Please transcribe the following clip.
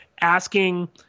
asking